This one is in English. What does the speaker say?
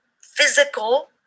physical